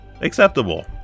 acceptable